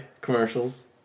commercials